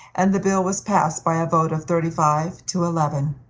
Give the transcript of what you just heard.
and the bill was passed by a vote of thirty-five to eleven.